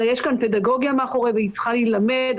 אלא יש כאן פדגוגיה מאחרי והיא צריכה להילמד,